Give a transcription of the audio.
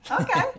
okay